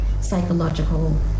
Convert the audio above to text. psychological